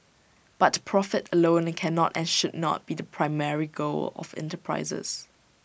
but profit alone cannot and should not be the primary goal of enterprises